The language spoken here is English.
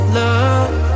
love